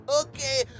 Okay